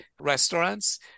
restaurants